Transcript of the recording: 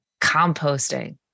composting